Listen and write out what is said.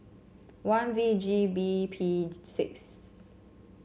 one V G B P six